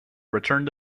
returned